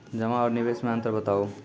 जमा आर निवेश मे अन्तर बताऊ?